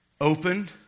open